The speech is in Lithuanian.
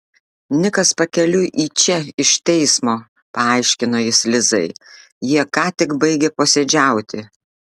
nikas pakeliui į čia iš teismo paaiškino jis lizai jie ką tik baigė posėdžiauti